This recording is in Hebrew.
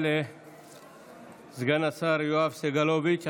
תודה רבה לסגן השר יואב סגלוביץ'.